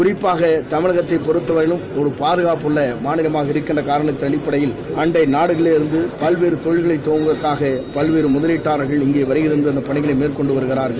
குறிப்பாக தமிழகத்தைப் பொறுத்தவரை ஒரு பாதுகாப்பான மாநிலமாக இருக்கிறது என்ற காரணத்தின் அடிப்படையில் அண்டை நாடுகளிலிருந்து பல்வேறு தொழில்களை தொடங்குவதற்காக பல்வேறு முதலீட்டாளர்கள் இங்கே வருகை தந்து பணிகளை மேற்கொண்டு வருகின்றனர்